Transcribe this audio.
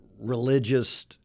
religious